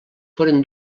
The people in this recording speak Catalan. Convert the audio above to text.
foren